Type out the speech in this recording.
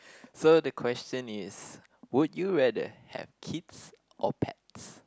so the question is would you rather have kids or pets